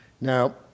Now